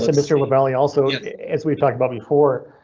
and mr but valley. also as we've talked about before,